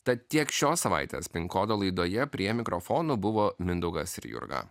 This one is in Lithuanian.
tad tiek šios savaitės pin kodo laidoje prie mikrofono buvo mindaugas ir jurga